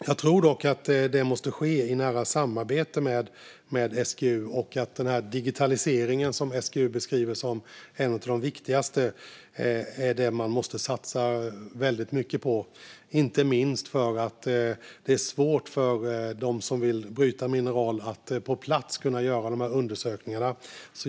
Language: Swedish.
Jag tror dock att detta måste ske i nära samarbete med SGU och att digitaliseringen, som SGU beskriver som något av det viktigaste, är det som man måste satsa väldigt mycket på, inte minst för att det är svårt för dem som vill bryta mineral att på plats kunna göra de här undersökningarna.